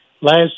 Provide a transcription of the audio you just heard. last